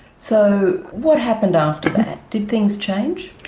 so what happened after that? did things change?